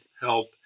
help